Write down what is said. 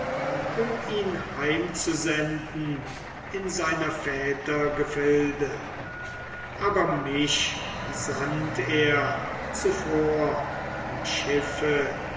um ihn heimzusenden in seiner väter gefilde aber mich sandt er zuvor im schiffe